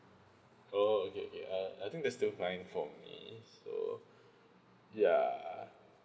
oh okay okay uh I think that's still fine for me so ya